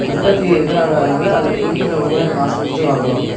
உற்பத்தி இதனால அதனால அது குறிப்பிட்ட உள்ளவங்க காசு கொடுத்து வாங்கணும்